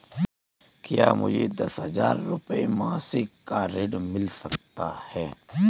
क्या मुझे दस हजार रुपये मासिक का ऋण मिल सकता है?